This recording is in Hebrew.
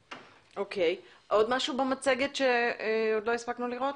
עוד משהו במצגת שלא הספקנו לראות?